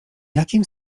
jakim